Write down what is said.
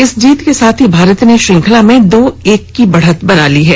इस जीत के साथ ही भारत ने श्रृंखला में दो एक की बढ़त बना ली है